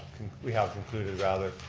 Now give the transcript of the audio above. we have concluded rather,